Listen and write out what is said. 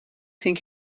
think